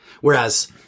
Whereas